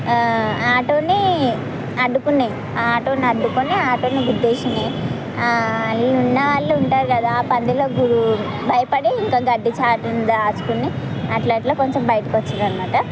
ఆటోని అడ్డుకున్నాయి ఆటోని అడ్డుకుని ఆటోని గుద్దేసినాయి అందులో ఉన్నవాళ్ళు ఉంటారు కదా ఆ పందులకు భయపడి ఇక గడ్డి చాటున దాచుకొని అట్లా అట్లా కొంచెం బయటకు వచ్చిర్రు అన్నమాట